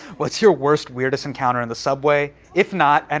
what's your worst, weirdest encounter in the subway? if not, and